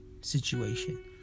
situation